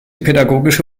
pädagogische